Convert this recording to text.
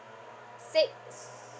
six